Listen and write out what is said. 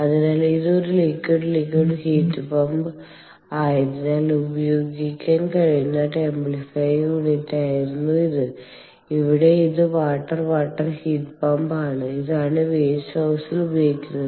അതിനാൽ ഇത് ഒരു ലിക്വിഡ് ലിക്വിഡ് ഹീറ്റ് പമ്പ് ആയതിനാൽ ഉപയോഗിക്കാൻ കഴിയുന്ന ടെംപ്ലിഫയർ യൂണിറ്റായിരുന്നു ഇത് ഇവിടെ ഇത് വാട്ടർ വാട്ടർ ഹീറ്റ് പമ്പ് ആണ് ഇതാണ് വേസ്റ്റ് ഹൌസിൽ ഉപയോഗിക്കുന്നത്